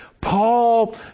paul